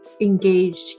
engaged